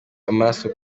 amaraso